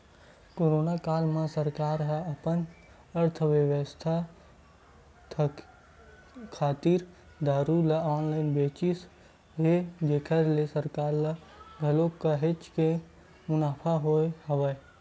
corona काल म सरकार ह अपन अर्थबेवस्था खातिर दारू ल ऑनलाइन बेचिस हे जेखर ले सरकार ल घलो काहेच के मुनाफा होय हवय